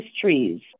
trees